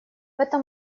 этом